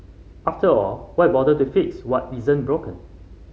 after all why bother to fix what isn't broken